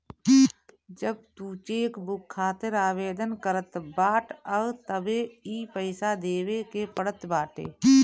जब तू चेकबुक खातिर आवेदन करत बाटअ तबे इ पईसा देवे के पड़त बाटे